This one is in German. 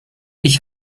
ich